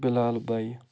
Bilal بَیہِ